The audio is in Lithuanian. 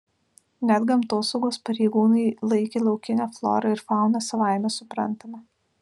net gamtosaugos pareigūnai laikė laukinę florą ir fauną savaime suprantama